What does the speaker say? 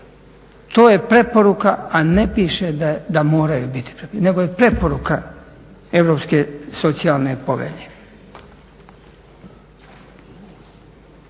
To je preporuka a ne piše da moraju biti, nego je preporuka Europske socijalne povelje.